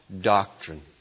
doctrine